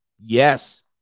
Yes